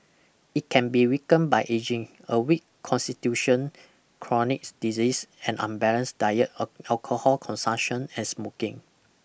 it can be weakened by ageing a weak constitution chronic disease an unbalanced diet alcohol consumption and smoking